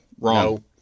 Wrong